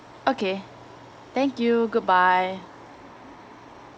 okay thank you goodbye